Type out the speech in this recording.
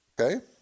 okay